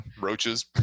roaches